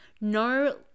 no